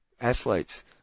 athletes